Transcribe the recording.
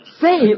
Say